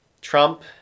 Trump